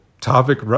topic